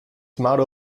motto